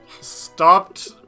stopped